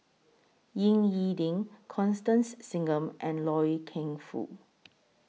Ying E Ding Constance Singam and Loy Keng Foo